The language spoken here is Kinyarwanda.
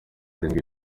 arindwi